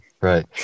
Right